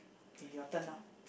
okay your turn now